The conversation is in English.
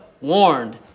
warned